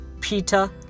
Peter